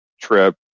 trip